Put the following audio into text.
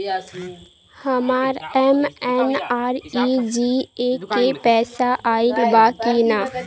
हमार एम.एन.आर.ई.जी.ए के पैसा आइल बा कि ना?